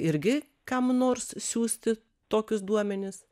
irgi kam nors siųsti tokius duomenis